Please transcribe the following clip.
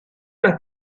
una